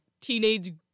teenage